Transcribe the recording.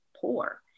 poor